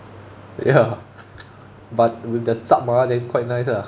ya but with the zhap ah then quite nice ah